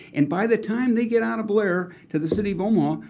and by the time they get out of blair to the city of omaha,